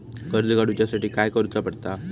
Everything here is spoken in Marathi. कर्ज काडूच्या साठी काय करुचा पडता?